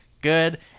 good